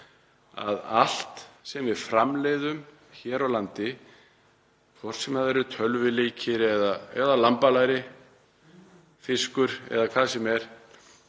að allt sem við framleiðum hér á landi, hvort sem það eru tölvuleikir eða lambalæri eða fiskur eða hvað sem er,